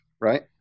right